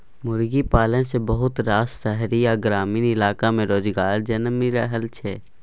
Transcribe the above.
मुर्गी पालन सँ बहुत रास शहरी आ ग्रामीण इलाका में रोजगार जनमि रहल छै